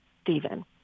Stephen